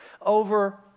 Over